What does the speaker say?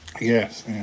Yes